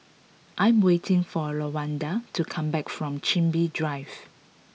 I am waiting for Lawanda to come back from Chin Bee Drive